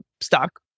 stock